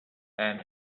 and